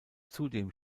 zudem